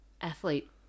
Athlete